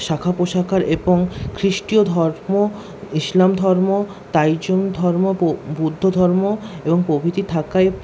শাখা প্রশাখার এবং খ্রীষ্টীয় ধর্ম ইসলাম ধর্ম তাইচুং ধর্ম বুদ্ধ ধর্ম এবং প্রভৃতি থাকায়